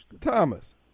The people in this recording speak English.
Thomas